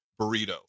burrito